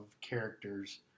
characters